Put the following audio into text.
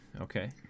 Okay